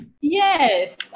Yes